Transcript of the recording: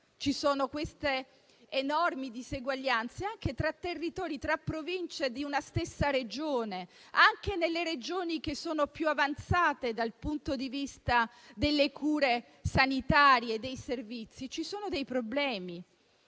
vi sono queste enormi diseguaglianze. Anche tra le Province di una stessa regione e nelle Regioni più avanzate dal punto di vista delle cure sanitarie e dei servizi vi sono dei problemi.